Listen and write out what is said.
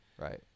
Right